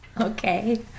okay